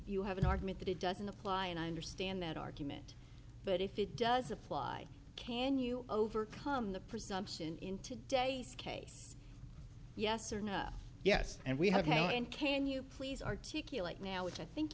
you have an argument that it doesn't apply and i understand that argument but if it does apply can you overcome the presumption in today's case yes or no yes and we have now and can you please articulate now which i think